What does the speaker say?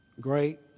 Great